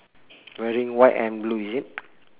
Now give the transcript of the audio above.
wearing white and blue is it